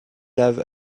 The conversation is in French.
lave